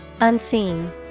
Unseen